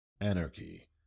Anarchy